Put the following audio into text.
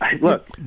Look